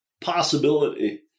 possibility